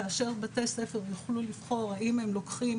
כאשר בתי ספר יוכלו לבחור האם הם לוקחים